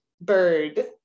bird